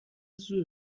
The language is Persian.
زور